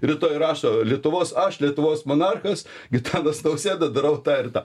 rytoj rašo lietuvos aš lietuvos monarchas gitanas nausėda darau tą ir tą